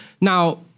Now